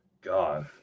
God